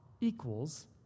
equals